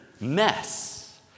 mess